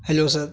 hello sir